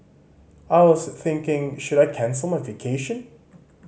I was thinking should I cancel my vacation